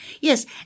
yes